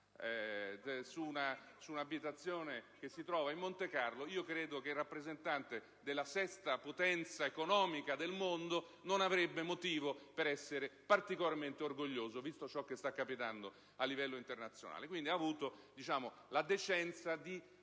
su un'abitazione che si trova in Montecarlo, credo che il rappresentante della sesta potenza economica del mondo non avrebbe motivo per essere particolarmente orgoglioso, visto ciò che sta capitando a livello internazionale. Ha avuto, quindi, la decenza di